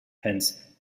hence